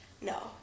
No